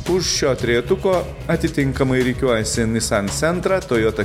už šio trejetuko atitinkamai rikiuojasi nissan centrą toyota